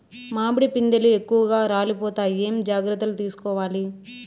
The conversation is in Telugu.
మామిడి పిందెలు ఎక్కువగా రాలిపోతాయి ఏమేం జాగ్రత్తలు తీసుకోవల్ల?